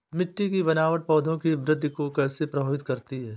मिट्टी की बनावट पौधों की वृद्धि को कैसे प्रभावित करती है?